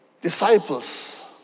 disciples